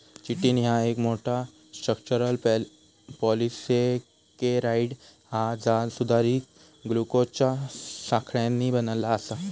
chitin ह्या एक मोठा, स्ट्रक्चरल पॉलिसेकेराइड हा जा सुधारित ग्लुकोजच्या साखळ्यांनी बनला आसा